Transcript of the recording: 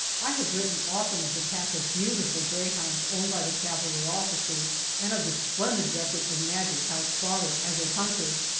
i have written often of the pack of beautiful greyhounds owned by the cavalry officers, and of the splendid record of magic hal's father as a hunter,